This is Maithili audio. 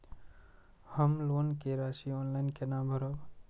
हम लोन के राशि ऑनलाइन केना भरब?